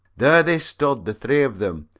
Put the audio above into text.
there they stood, the three of them,